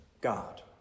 god